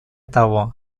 того